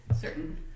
certain